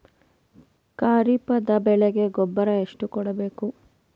ಖರೀಪದ ಬೆಳೆಗೆ ಗೊಬ್ಬರ ಎಷ್ಟು ಕೂಡಬೇಕು?